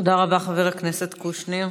תודה רבה, חבר הכנסת קושניר.